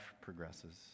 progresses